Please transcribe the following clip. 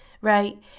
Right